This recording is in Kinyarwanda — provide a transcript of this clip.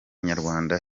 nyarwanda